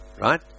right